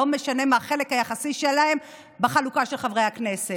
לא משנה מה החלק היחסי שלהם בחלוקה של חברי הכנסת.